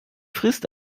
frist